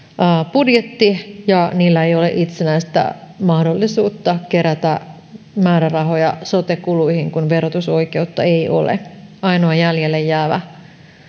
budjetti ja niillä ei ole itsenäistä mahdollisuutta kerätä määrärahoja sote kuluihin kun verotusoikeutta ei ole ainoa jäljelle jäävä